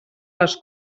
les